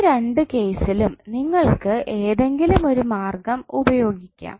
ഈ രണ്ട് കേസിലും നിങ്ങൾക്ക് ഏതെങ്കിലും ഒരു മാർഗ്ഗം ഉപയോഗിക്കാം